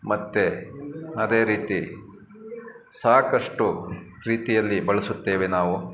ಮತ್ತೆ ಅದೇ ರೀತಿ ಸಾಕಷ್ಟು ರೀತಿಯಲ್ಲಿ ಬಳಸುತ್ತೇವೆ ನಾವು